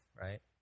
right